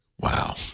Wow